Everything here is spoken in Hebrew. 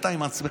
אתה עם עצמך,